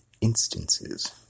instances